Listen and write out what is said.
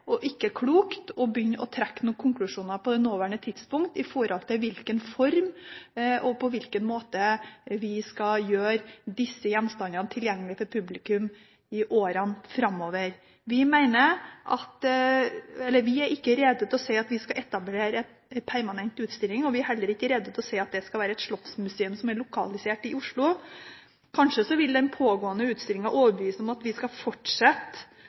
og ikke klokt å begynne å trekke noen konklusjoner med hensyn til i hvilken form og på hvilken måte vi skal gjøre disse gjenstandene tilgjengelige for publikum i åra framover. Vi er ikke rede til å si at vi skal etablere en permanent utstilling, og vi er heller ikke rede til å si at det skal være et slottsmuseum som er lokalisert i Oslo. Kanskje vil den pågående utstillingen overbevise oss om at vi skal fortsette